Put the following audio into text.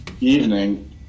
evening